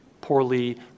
poorly